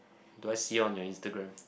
do I see her on your Instagram